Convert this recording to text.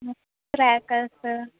crackers